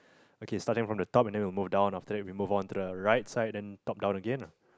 okay starting from the top then we'll move down then the right side then top down again ah